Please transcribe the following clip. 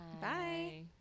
Bye